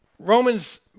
Romans